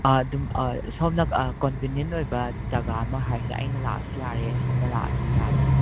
ꯑꯗꯨꯝ ꯁꯣꯝꯅ ꯀꯣꯟꯕꯤꯅꯦꯟ ꯑꯣꯏꯕ ꯖꯒꯥ ꯑꯃ ꯍꯥꯏꯁꯦ ꯑꯩꯅ ꯂꯥꯛꯑꯁꯨ ꯌꯥꯔꯦ ꯁꯣꯝꯅ ꯂꯥꯛꯁꯨ ꯌꯥꯔꯦ